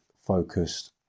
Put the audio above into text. focused